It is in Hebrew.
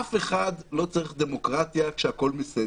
אף אחד לא צריך דמוקרטיה כשהכול בסדר.